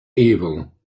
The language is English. evil